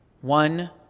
one